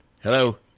Hello